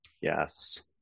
Yes